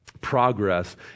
progress